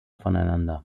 voneinander